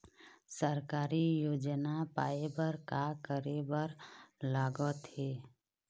सरकारी योजना पाए बर का करे बर लागथे?